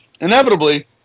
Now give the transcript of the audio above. inevitably